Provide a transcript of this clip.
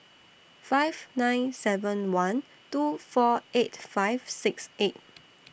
five nine seven one two four eight five six eight